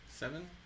Seven